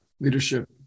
Leadership